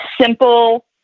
simple